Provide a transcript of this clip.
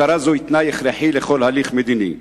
הכרה זאת היא תנאי הכרחי לכל הליך מדיני.